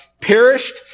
perished